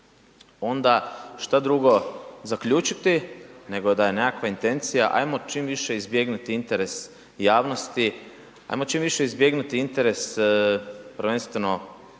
onda šta drugo zaključiti nego da je nekakva intencija ajmo čim više izbjegnuti interes javnosti, ajmo čim više izbjegnuti prvenstveno